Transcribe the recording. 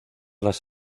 las